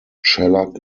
shellac